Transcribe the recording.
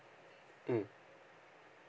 mm